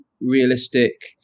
realistic